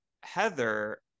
Heather